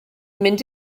mynd